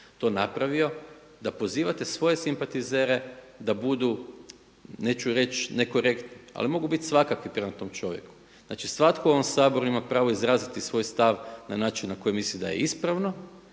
to napravio da pozivate svoje simpatizere da budu neću reći nekorektni ali da mogu biti svakakvi prema tom čovjeku. Znači, svatko u ovom Saboru ima pravo izraziti svoj stav na način na koji misli da je ispravno